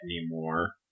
anymore